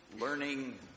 learning